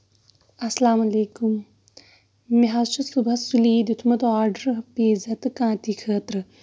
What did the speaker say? اَسلام علیکُم مےٚ حظ چھُ صبُحَس سُلی دِیُتمُت آرڈر پیٖزا تہٕ کانتی خٲطرٕ